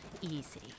easy